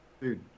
dude